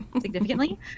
Significantly